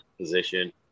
position